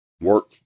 work